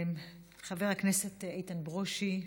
חבר הכנסת איתן ברושי.